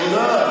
תודה.